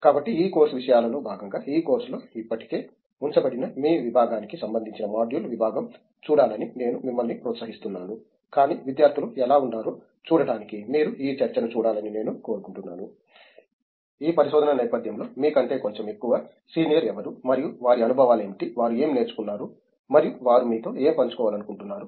కాబట్టి ఈ కోర్సు విషయాలలో భాగంగా ఈ కోర్సులో ఇప్పటికే ఉంచబడిన మీ విభాగానికి సంబంధించిన మాడ్యూల్ విభాగం చూడాలని నేను మిమ్మల్ని ప్రోత్సహిస్తున్నాను కానీ విద్యార్థులు ఎలా ఉన్నారో చూడటానికి మీరు ఈ చర్చను చూడాలని నేను కోరుకుంటున్నాను ఈ పరిశోధన నేపధ్యంలో మీ కంటే కొంచెం ఎక్కువ సీనియర్ ఎవరు మరియు వారి అనుభవాలు ఏమిటి వారు ఏమి నేర్చుకున్నారు మరియు వారు మీతో ఏమి పంచుకోవాలనుకుంటున్నారు